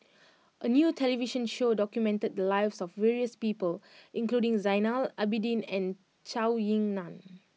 a new television show documented the lives of various people including Zainal Abidin and Zhou Ying Nan